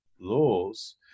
laws